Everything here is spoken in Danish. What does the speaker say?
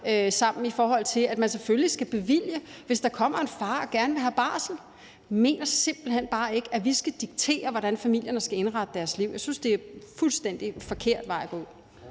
sammen, i forhold til at man selvfølgelig skal bevilge det, hvis der kommer en far og gerne vil have barsel. Jeg mener simpelt hen bare ikke, at vi skal diktere, hvordan familierne skal indrette deres liv. Jeg synes, det er en fuldstændig forkert vej at gå.